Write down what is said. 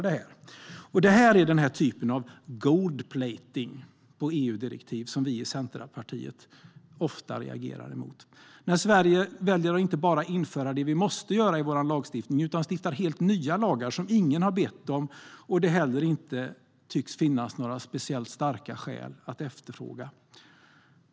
Det är den här typen av gold-plating av EU-direktiv som vi i Centerpartiet ofta reagerar emot - när Sverige väljer att inte bara införa det vi måste i vår lagstiftning utan stiftar helt nya lagar, som ingen har bett om och som det inte heller tycks finnas några speciellt starka skäl att efterfråga.